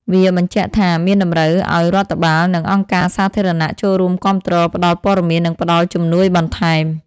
វាបញ្ជាក់ថា មានតម្រូវឲ្យរដ្ឋបាល និងអង្គការសាធារណៈចូលរួមគាំទ្រផ្តល់ព័ត៌មាននិងផ្ដល់ជំនួយបន្ថែម។